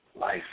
Life